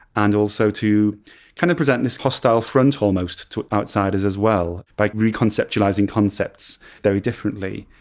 and also to kind of present this hostile front, almost, to outsiders as well, by reconceptualizing concepts very differently.